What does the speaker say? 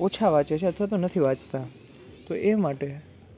ઓછા વાંચે છે અથવા તો નથી વાંચતા તો એ માટે